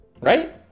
right